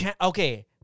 okay